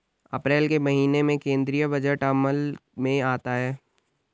अप्रैल के महीने में केंद्रीय बजट अमल में आता है